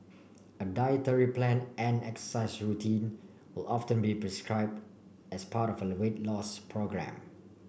a dietary plan and exercise routine will often be prescribe as part of a weight loss programme